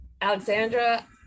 Alexandra